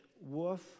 wolf